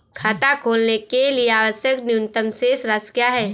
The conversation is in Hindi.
खाता खोलने के लिए आवश्यक न्यूनतम शेष राशि क्या है?